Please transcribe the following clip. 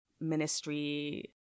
ministry